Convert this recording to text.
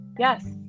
Yes